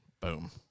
Boom